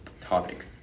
topic